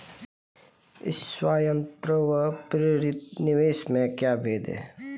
स्वायत्त व प्रेरित निवेश में क्या भेद है?